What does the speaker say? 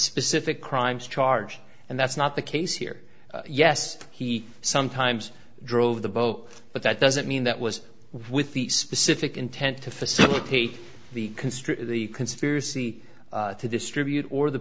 specific crimes charge and that's not the case here yes he sometimes drove the boat but that doesn't mean that was with the specific intent to facilitate the construe the conspiracy to distribute or the